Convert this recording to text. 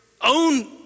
own